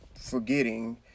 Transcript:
forgetting